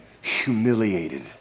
humiliated